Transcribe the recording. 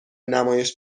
نمایش